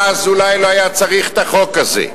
ואז אולי לא היה צריך את החוק הזה.